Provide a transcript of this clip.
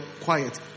quiet